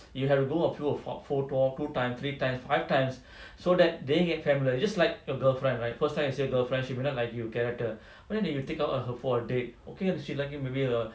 you have to go a few err or two time three time five times so that they get familiar just like your girlfriend right first time you see your girlfriend she wouldn't like your character but then you take her for a date okay and she like you maybe a lot